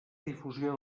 difusió